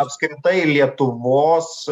apskritai lietuvos